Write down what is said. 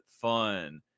fun